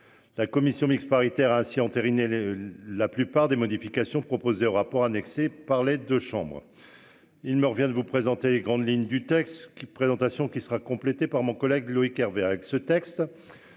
La commission mixte paritaire ainsi entériné les la plupart des modifications proposées au rapport annexé par les deux chambres. Il me revient de vous présenter les grandes lignes du texte qui présentation qui sera complété par mon collègue Loïc Hervé, avec ce texte.